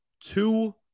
two